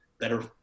better